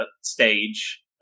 stage